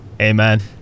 amen